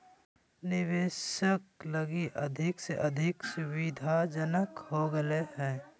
निवेशक लगी अधिक से अधिक सुविधाजनक हो गेल हइ